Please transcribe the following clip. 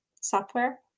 software